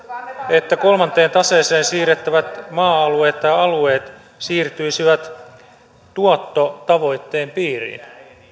että kolmanteen taseeseen siirrettävät maa alueet tai alueet siirtyisivät tuottotavoitteen piiriin